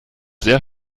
sehr